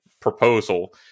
proposal